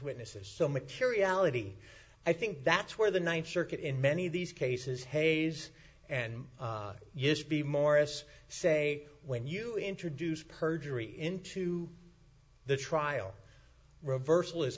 witnesses so materiality i think that's where the th circuit in many of these cases hayes and use be morris say when you introduced perjury into the trial reversal is